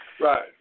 Right